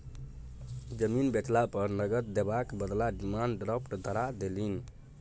जमीन बेचला पर नगद देबाक बदला डिमांड ड्राफ्ट धरा देलनि